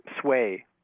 sway